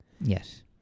Yes